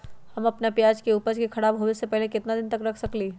हम अपना प्याज के ऊपज के खराब होबे पहले कितना दिन तक रख सकीं ले?